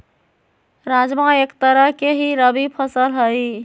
राजमा एक तरह के ही रबी फसल हई